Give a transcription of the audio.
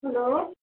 hello